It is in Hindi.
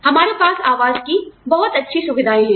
हमारे पास आवास की बहुत अच्छी सुविधाएँ हैं